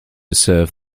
serve